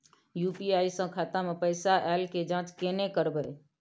UPI स खाता मे पैसा ऐल के जाँच केने करबै?